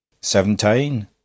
Seventeen